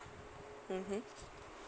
mmhmm